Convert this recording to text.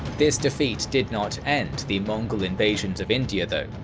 this defeat did not end the mongol invasions of india though,